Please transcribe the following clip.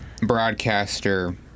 broadcaster